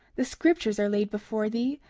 the scriptures are laid before thee,